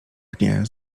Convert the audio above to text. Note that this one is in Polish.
pnie